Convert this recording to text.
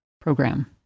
program